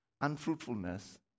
unfruitfulness